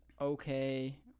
okay